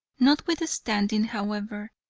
notwithstanding, however,